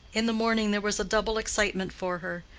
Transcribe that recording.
in the morning there was a double excitement for her.